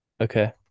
Okay